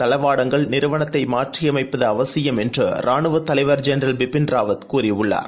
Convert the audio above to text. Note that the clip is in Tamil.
தளவாடங்கள் நிறுவனத்தைமாற்றியமைப்பதுஅவசியம் என்றுராணுவத் தலைவர் ஜெனரல் பிபின் ராவத் கூறியுள்ளார்